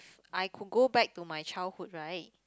I could go back to my childhood right